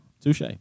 Touche